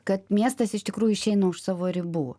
kad miestas iš tikrųjų išeina už savo ribų